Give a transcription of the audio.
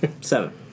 seven